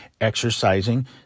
exercising